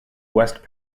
west